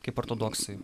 kaip ortodoksai